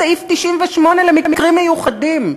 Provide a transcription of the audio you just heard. סעיף 98 למקרים מיוחדים.